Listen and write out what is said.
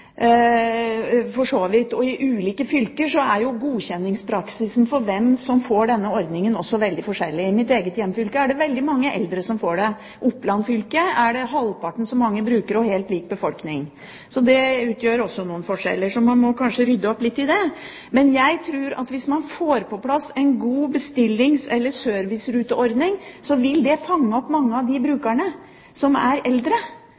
I ulike fylker er godkjenningspraksisen for hvem som får denne ordningen, veldig forskjellig. I mitt eget hjemfylke er det veldig mange eldre som får den. I Oppland fylke er det halvparten så mange brukere og helt lik befolkning. Det utgjør også noen forskjeller, så man må kanskje rydde litt opp her. Hvis man får på plass en god bestillings- eller serviceruteordning, vil det fange opp mange av de eldre brukerne som egentlig bare trenger en god kollektivtrafikk. De kan bruke en bestillingsruteordning, slik at man får veldig mange av dem som er